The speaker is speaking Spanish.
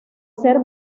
ser